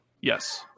Yes